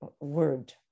word